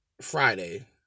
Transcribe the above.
Friday